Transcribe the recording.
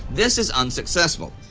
this is unsuccessful.